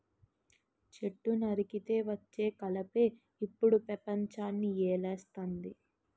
చెట్టు నరికితే వచ్చే కలపే ఇప్పుడు పెపంచాన్ని ఏలేస్తంది